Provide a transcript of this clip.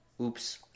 Oops